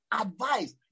advice